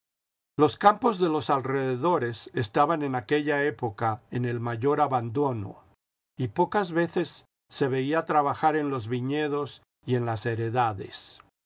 los campos de los ah'cdedores estaban en aquella época en el m ayor abandono y pocas veces se veía trabajar en los viñedos y en las heredades